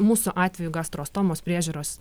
mūsų atveju gastrostomos priežiūros